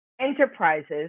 enterprises